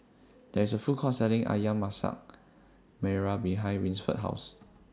There IS A Food Court Selling Ayam Masak Merah behind Winford's House